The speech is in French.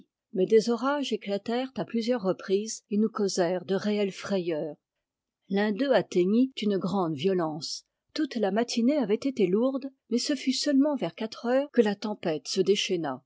mais des orages éclatèrent à plusieurs reprises et nous causèrent de réelles frayeurs l'un d'eux atteignit une grande violence toute la matinée avait été lourde mais ce fut seulement vers quatre heures que la tempête se déchaîna